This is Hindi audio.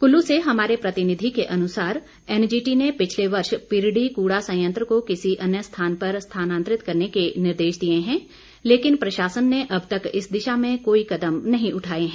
कुल्लू से हमारे प्रतिनिधि के अनुसार एनजीटी ने पिछले वर्ष पिरडी कूड़ा संयंत्र को किसी अन्य स्थान पर स्थानांतरित करने के निर्देश दिए हैं लेकिन प्रशासन ने अब तक इस दिशा में कोई कदम नहीं उठाए हैं